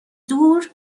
دور